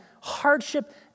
hardship